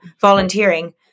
volunteering